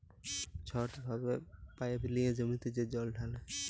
ছট ভাবে পাইপ লিঁয়ে জমিতে যে জল ঢালে